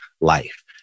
life